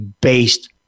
based